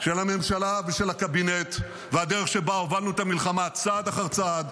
של הממשלה ושל הקבינט והדרך שבה הובלנו את המלחמה צעד אחר צעד,